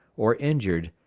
or injured,